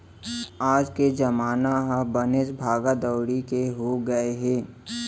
आज के जमाना ह बनेच भागा दउड़ी के हो गए हे